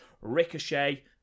ricochet